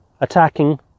attacking